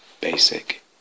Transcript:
basic